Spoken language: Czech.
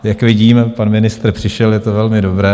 Jak vidím, pan ministr přišel, je to velmi dobré.